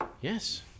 yes